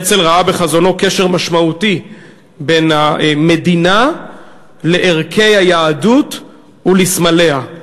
הרצל ראה בחזונו קשר משמעותי בין המדינה לערכי היהדות ולסמליה.